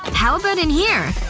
and how about in here?